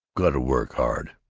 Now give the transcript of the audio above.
got to work hard.